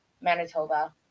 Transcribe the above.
Manitoba